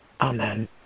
Amen